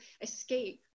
escape